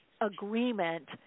agreement